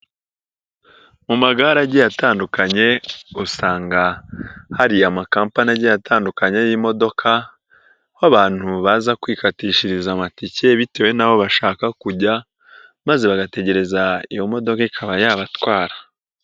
Mu magare agiye atandukanye, usanga hari amakampani agiye atandukanye y'imodoka, aho abantu baza kwikatishiriza amatike bitewe n'abo bashaka kujya maze bagategereza iyo modoka ikaba yabatwara.